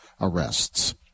arrests